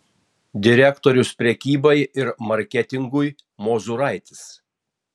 direktorius prekybai ir marketingui mozuraitis